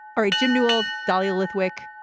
all right, jim newell, dahlia lithwick,